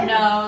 no